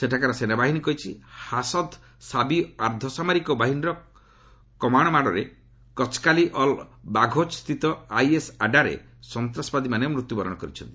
ସେଠାକାର ସେନାବାହିନୀ କହିଛି ହାଶଦ ଶାବି ଅର୍ଦ୍ଧସାମରିକ ବାହିନୀର କମାଶମାଡ଼ରେ କଚକାଲି ଅଲ୍ ବାଘୋଜ ସ୍ଥିତି ଆଇଏସ୍ ଆଡ୍ରାରେ ସନ୍ତାସବାଦୀମାନେ ମୃତ୍ୟୁବରଣ କରିଛନ୍ତି